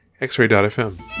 X-Ray.fm